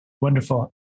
Wonderful